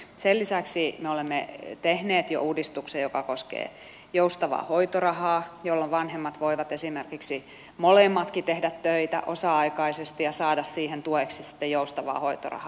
sen lisäksi me olemme tehneet jo uudistuksen joka koskee joustavaa hoitorahaa jolloin vanhemmat voivat esimerkiksi molemmatkin tehdä töitä osa aikaisesti ja saada siihen tueksi sitten joustavaa hoitorahaa